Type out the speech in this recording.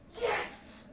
Yes